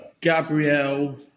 Gabrielle